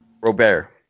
Robert